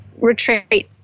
retreat